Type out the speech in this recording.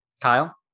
Kyle